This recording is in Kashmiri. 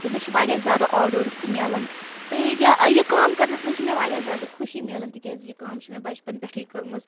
تہٕ مےٚ چھِ واریاہ زیادٕ آرڈٲرٕس تہِ میلان تہٕ یا ٲں یہِ کٲم کَرنَس منٛز چھِ مےٚ واریاہ زیادٕ خوشی میلان تِکیٛازِ یہِ کٲم چھِ مےٚ بَچپَن پٮ۪ٹھٔے کٔرمٕژ